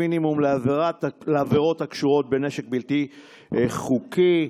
מינימום לעבירות הקשורות בנשק בלתי חוקי,